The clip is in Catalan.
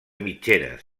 mitgeres